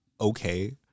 Okay